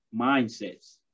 mindsets